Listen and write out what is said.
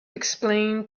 explain